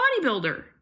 bodybuilder